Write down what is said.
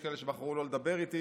יש כאלה שבחרו לא לדבר איתי.